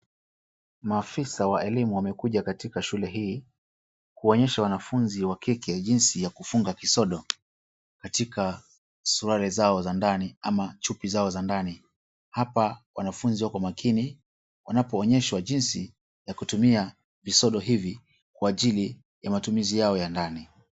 Maafisa wa elimu wamekuja katika shule hii kuonyesha wanafunzi wa kike jinsi ya kufunga kisodo katika suruali zao za ndani ama chupi zao za ndani. Hapa wanafunzi wako makini wanapoonyeshwa jinsi ya kutumia visodo hivi kwa ajili ya matumizi yao ya ndani.